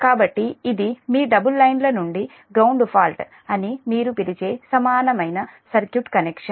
కాబట్టి ఇది మీ డబుల్ లైన్లు నుండి గ్రౌండ్ ఫాల్ట్ అని మీరు పిలిచే సమానమైన సర్క్యూట్ కనెక్షన్